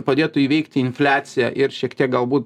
padėtų įveikti infliaciją ir šiek tiek galbūt